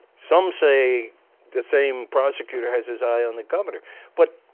some say the same prosecutor has his eye on the governor but